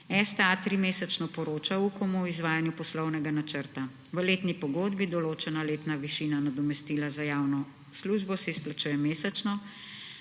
STA trimesečno poroča Ukoma o izvajanju poslovnega načrta. V letni pogodbi določena letna višina nadomestila za javno službo se izplačuje mesečno